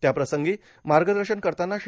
त्याप्रसंगी मार्गदर्शन करताना श्री